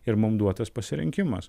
ir mum duotas pasirinkimas